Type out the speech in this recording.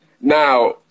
Now